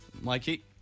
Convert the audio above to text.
Mikey